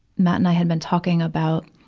matt and i had been talking about,